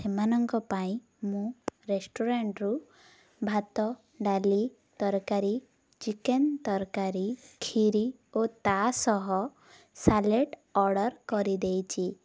ସେମାନଙ୍କ ପାଇଁ ମୁଁ ରେଷ୍ଟୁରାଣ୍ଟରୁୁ ଭାତ ଡାଲି ତରକାରୀ ଚିକେନ ତରକାରୀ କ୍ଷୀରି ଓ ତା'ସହ ସାଲାଡ଼ ଅର୍ଡ଼ର୍ କରିଦେଇଛି